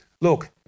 look